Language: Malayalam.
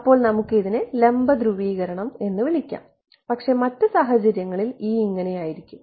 അപ്പോൾ നമുക്ക് ഇതിനെ ലംബ ധ്രുവീകരണം എന്ന് വിളിക്കാം പക്ഷേ മറ്റ് സാഹചര്യങ്ങളിൽ E ഇങ്ങനെ ആയിരിക്കും